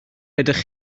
ydych